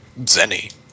Zenny